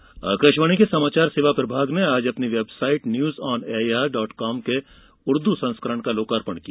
website Akashvani के समाचार सेवा प्रभाग ने आज अपनी website news on AIR dot com के उर्द संस्करण का लोकार्पण किया